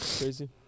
crazy